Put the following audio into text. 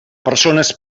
persones